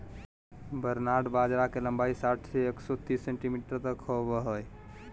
barnyard बाजरा के लंबाई साठ से एक सो तिस सेंटीमीटर तक होबा हइ